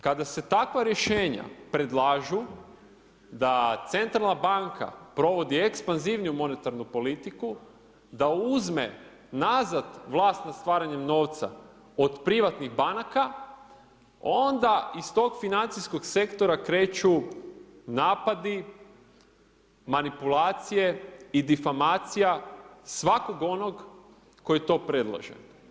Kada se takva rješenja predlažu da centralna banka provodi ekspanzivniju monetarnu politiku, da uzme nazad vlast nad stvaranjem novca od privatnih banaka onda iz tog financijskog sektora kreću napadi, manipulacije i difamacija svakog onog koji to predlaže.